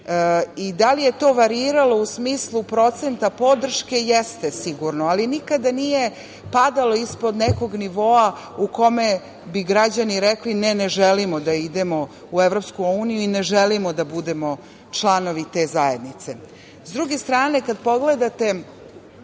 i da li je to variralo u smislu procenta podrške, jeste sigurno, ali nikada nije padalo ispod nekog nivoa u kome bi građani rekli, ne, ne želimo da idemo u EU i ne želimo da budemo članovi te zajednice.S